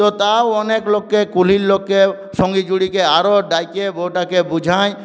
তো তাও অনেক লোককে কুলির লোককে সঙ্গী জুড়িকে আরও ডাইকে বউটাকে বুঝাই